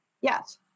Yes